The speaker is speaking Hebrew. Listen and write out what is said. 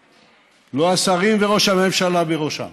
השרים, וראש הממשלה בראשם